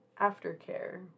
aftercare